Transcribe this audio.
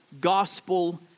gospel